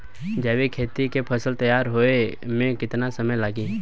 जैविक खेती के फसल तैयार होए मे केतना समय लागी?